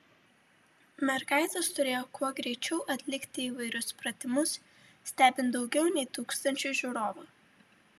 mergaitės turėjo kuo greičiau atlikti įvairius pratimus stebint daugiau nei tūkstančiui žiūrovų